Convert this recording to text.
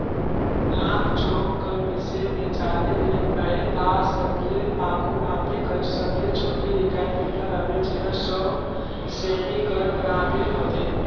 नाप जोख कर बिसे में जाने ले अहे ता सबले आघु नापे कर सबले छोटे इकाई मीटर हवे जेहर सौ सेमी कर बराबेर होथे